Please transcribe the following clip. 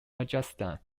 rajasthan